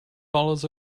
dollars